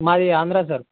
మాది ఆంధ్ర సార్